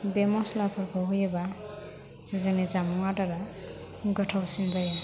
बे मस्लाफोरखौ होयोबा जोंनि जामुं आदारा गोथावसिन जायो